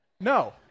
No